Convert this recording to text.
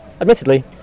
Admittedly